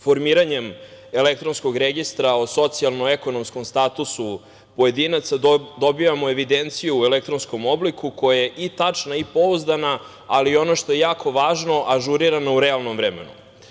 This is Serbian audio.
Formiranjem elektronskog registra o socijalno-ekonomskom statusu pojedinca dobijamo evidenciju u elektronskom obliku koja je i tačna i pouzdana, ali i ono što je jako važno, ažurirana u realnom vremenu.